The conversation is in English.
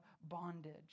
bondage